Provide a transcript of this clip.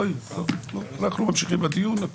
לא יהיה, אנחנו ממשיכים בדיון.